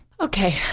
Okay